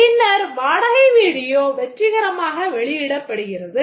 பின்னர் வாடகை வீடியோ வெற்றிகரமாக வெளியிடப்படுகிறது